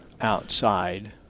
outside